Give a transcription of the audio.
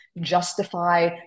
justify